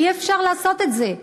אי-אפשר לעשות את זה.